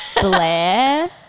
Blair